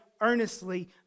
earnestly